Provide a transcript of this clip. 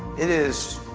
it is.